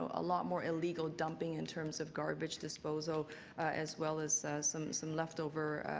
a lot more illegal dumping in terms of garbage disposal as well as some some left over,